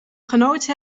genoten